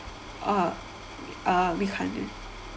uh oh we can't is it